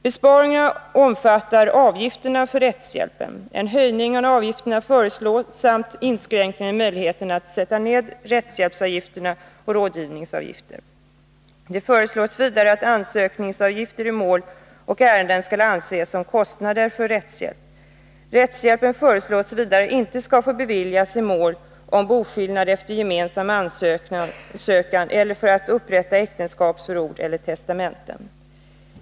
Besparingarna omfattar avgifterna för rättshjälpen. En höjning av avgiften föreslås samt inskränkningar i möjligheten att sätta ned rättshjälpsavgifter och rådgivningsavgifter. Det föreslås vidare att ansökningsavgifter i mål och ärenden skall anses som kostnader för rättshjälp. Rättshjälp skall enligt propositionen inte få beviljas i mål om boskillnad efter gemensam ansökan eller för att upprätta äktenskapsförord eller testamenten.